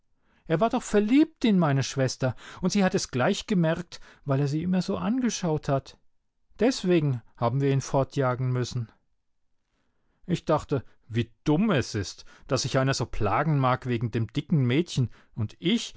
er war doch verliebt in meine schwester und sie hat es gleich gemerkt weil er sie immer so angeschaut hat deswegen haben wir ihn fortjagen müssen ich dachte wie dumm es ist daß sich einer so plagen mag wegen dem dicken mädchen und ich